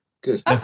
Good